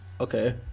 Okay